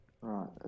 right